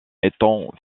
étant